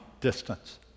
distance